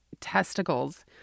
Testicles